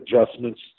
adjustments